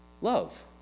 Love